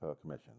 Commission